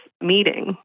meeting